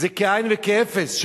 זה כאין וכאפס.